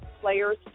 players